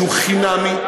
והוא חינמי.